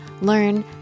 learn